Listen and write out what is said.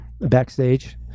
backstage